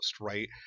right